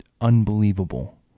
unbelievable